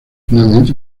finalmente